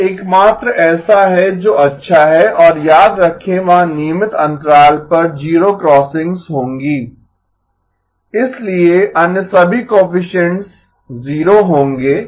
यह एकमात्र ऐसा है जो अच्छा है और याद रखें वहाँ नियमित अंतराल पर जीरो क्रॉसिंग्स होंगीं इसलिए अन्य सभी कोएफिसिएन्ट्स 0 होंगे